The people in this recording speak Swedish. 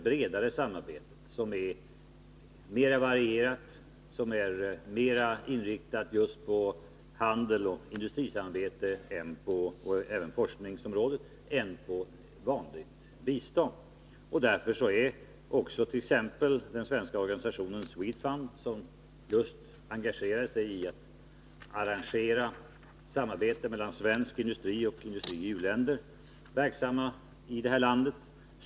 bredare samarbetet, som är mera varierat, mera inriktat just på handel, industrisamarbete och forskning än på vanligt bistånd. Därför är t.ex. den svenska organisationen Swedfund, som just engagerar sig i att få till stånd samarbete mellan svensk industri och industrier i u-länder, verksam i detta land.